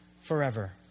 forever